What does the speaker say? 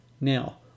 Now